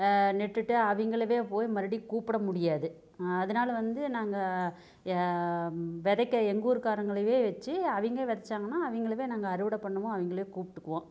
நட்டுட்டு அவங்களவே போய் மறுபடி கூப்பிட முடியாது அதனால வந்து நாங்கள் விதைக்க எங்கள் ஊர் காரங்களவே வச்சி அவங்க விதச்சாங்கனா அவங்களவே நாங்கள் அறுவட பண்ணவும் அவங்களயே கூப்பிடுக்குவோம்